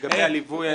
לגבי הליווי,